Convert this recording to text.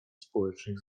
społecznych